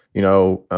you know,